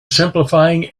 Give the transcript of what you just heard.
simplifying